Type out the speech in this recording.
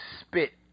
spit